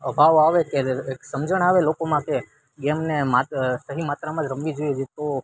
અભાવ આવે કે એક સમજણ આવે લોકોમાં તે ગેમને સહી માત્રામાં જ મરવી જોઈએ છે તો